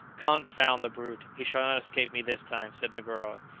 confound the brute! he shall not escape me this time, said negoro.